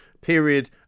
period